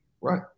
Right